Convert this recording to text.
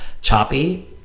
choppy